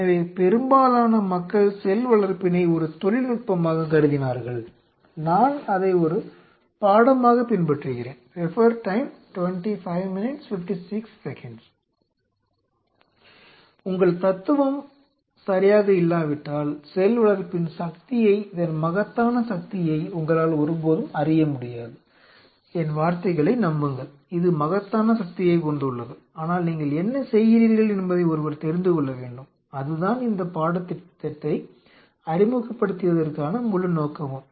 எனவே பெரும்பாலான மக்கள் செல் வளர்ப்பினை ஒரு தொழில்நுட்பமாக கருதினார்கள் நான் அதை ஒரு பாடமாக அறிமுகப்படுத்துவதற்கான முழு நோக்கமும்